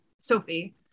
Sophie